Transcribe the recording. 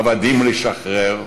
עבדים לשחרר,